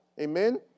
Amen